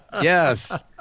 Yes